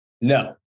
No